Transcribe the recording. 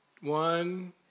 One